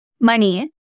money